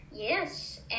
Yes